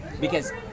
because-